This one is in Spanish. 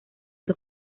dos